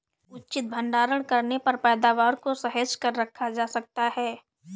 उचित भंडारण करने पर पैदावार को सहेज कर रखा जा सकता है